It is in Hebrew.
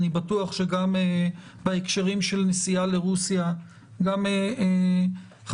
אני בטוח שבהקשרים של נסיעה לרוסיה גם חברת